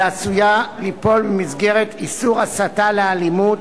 היא עשויה ליפול במסגרת איסור הסתה לאלימות,